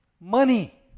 money